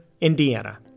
Indiana